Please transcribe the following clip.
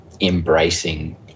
embracing